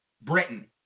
Britain